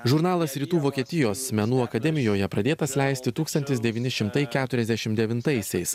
žurnalas rytų vokietijos menų akademijoje pradėtas leisti tūkstantis devyni šimtai keturiasdešim devintaisiais